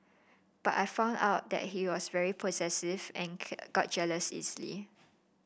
but I found out that he was very possessive and got jealous easily